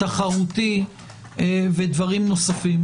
תחרותי ודברים נוספים.